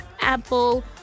Apple